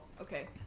Okay